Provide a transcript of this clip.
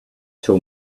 till